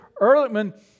Ehrlichman